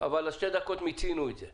אבל ה-2 דקות, מיצינו את זה.